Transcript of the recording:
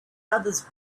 others